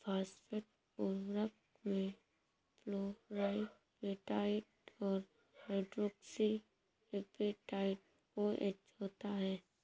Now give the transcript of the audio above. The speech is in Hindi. फॉस्फेट उर्वरक में फ्लोरापेटाइट और हाइड्रोक्सी एपेटाइट ओएच होता है